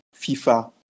FIFA